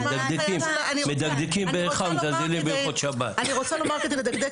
אני רוצה לומר כדי לדקדק,